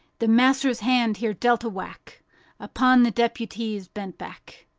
the master's hand here dealt a whack upon the deputy's bent back,